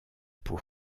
pour